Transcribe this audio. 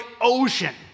ocean